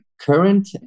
current